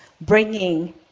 bringing